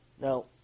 Now